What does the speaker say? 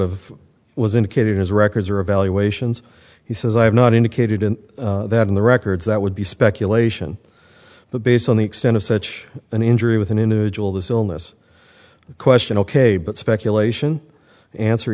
of was indicated his records or evaluations he says i have not indicated in that in the records that would be speculation but based on the extent of such an injury with an individual this illness question ok but speculation answer